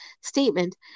statement